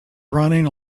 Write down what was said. running